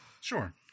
sure